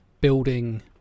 building